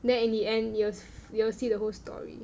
then in the end you will you will see the whole story